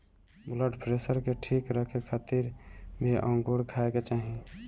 blood pressure के ठीक रखे खातिर भी अंगूर खाए के चाही